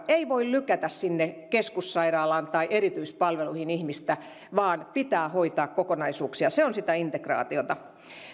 ei voi lykätä sinne keskussairaalaan tai erityispalveluihin ihmistä vaan pitää hoitaa kokonaisuuksia se on sitä integraatiota